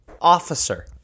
officer